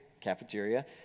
cafeteria